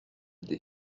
des